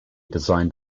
designed